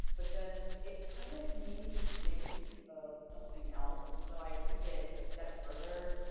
but then, it kind of made me think of something else, so i took it a step further